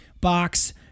box